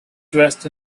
dressed